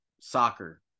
soccer